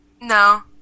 No